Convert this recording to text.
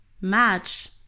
match